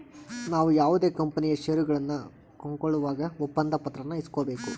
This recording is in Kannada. ನಾವು ಯಾವುದೇ ಕಂಪನಿಯ ಷೇರುಗಳನ್ನ ಕೊಂಕೊಳ್ಳುವಾಗ ಒಪ್ಪಂದ ಪತ್ರಾನ ಇಸ್ಕೊಬೇಕು